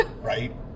Right